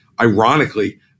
ironically